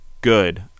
good